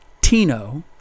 Tino